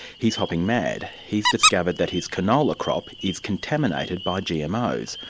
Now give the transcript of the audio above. he's hopping mad he's discovered that his canola crop is contaminated by gmos,